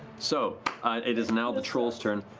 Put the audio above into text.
so it is now the troll's turn.